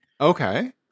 Okay